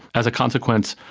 as a consequence,